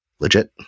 legit